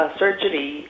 surgery